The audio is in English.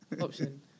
option